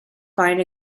find